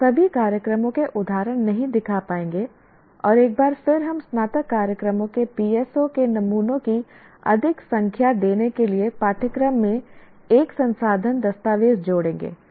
हम सभी कार्यक्रमों के उदाहरण नहीं दिखा पाएंगे और एक बार फिर हम स्नातक कार्यक्रमों के PSO के नमूनों की अधिक संख्या देने के लिए पाठ्यक्रम में एक संसाधन दस्तावेज जोड़ेंगे